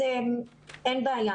אז אין בעיה,